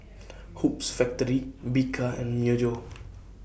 Hoops Factory Bika and Myojo